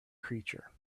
creature